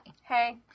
hey